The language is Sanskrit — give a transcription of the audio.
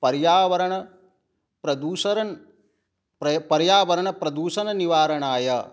पर्यावरण पर्यावरणप्रदूषणनिवारणाय